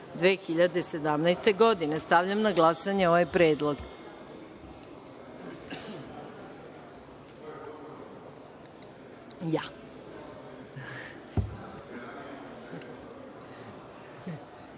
2017. godine. Stavljam na glasanje ovaj predlog. Molim